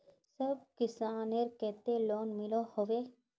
सब किसानेर केते लोन मिलोहो होबे?